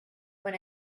when